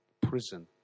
prison